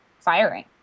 firing